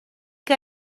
que